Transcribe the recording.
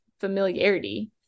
familiarity